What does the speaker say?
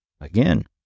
again